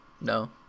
No